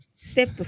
Step